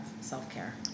self-care